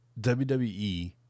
WWE